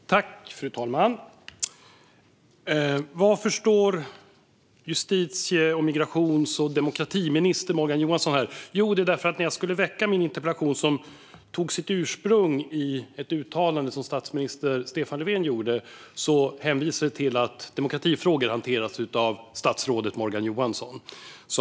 Fru talman! Varför står justitie-, migrations och demokratiminister Morgan Johansson här? Jo, det gör han för att när jag ställde min interpellation, som tog sitt ursprung i ett uttalande som statsminister Stefan Löfven gjort, hänvisade man till att demokratifrågor hanteras av statsrådet Morgan Johansson.